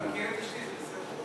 אתה מכיר את אשתי, זה בסדר.